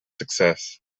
success